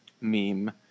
meme